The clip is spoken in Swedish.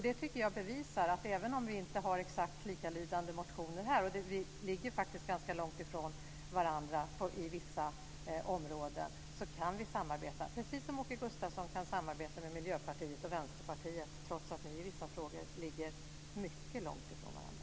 Det tycker jag bevisar att vi, även om vi inte har exakt likalydande motioner - vi ligger faktiskt ganska långt ifrån varandra på vissa områden - kan samarbeta, precis som Åke Gustavsson kan samarbeta med Miljöpartiet och Vänsterpartiet trots att ni i vissa frågor ligger mycket långt ifrån varandra.